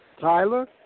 Tyler